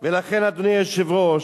לכן, אדוני היושב-ראש,